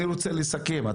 אני מסכם את